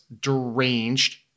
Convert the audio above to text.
deranged